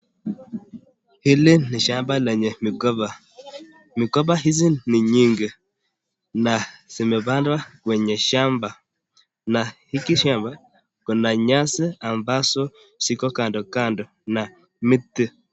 Hili ni shamba lenye migomba. Migomba hizi ni nyingi na zimepandwa kwenye shamba. Na hili shamba, kuna nyasi ambazo ziko kando kando na miti.